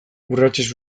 urratsez